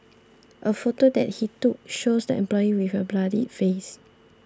a photo that he took shows the employee with a bloodied face